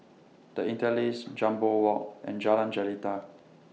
The Interlace Jambol Walk and Jalan Jelita